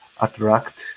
attract